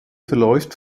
verläuft